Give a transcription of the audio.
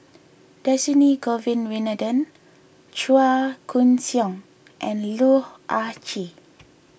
Dhershini Govin Winodan Chua Koon Siong and Loh Ah Chee